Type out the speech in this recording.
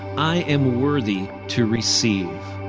i am worthy to receive.